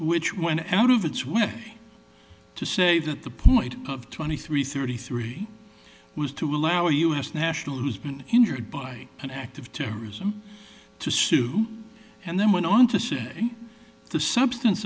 which went out of its way to say that the point of twenty three thirty three was to allow us national who's been injured by an act of terrorism to sue and then went on to say the substance